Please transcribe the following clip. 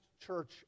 church